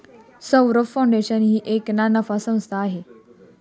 Saurabh foundation ही एक ना नफा संस्था आहे